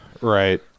right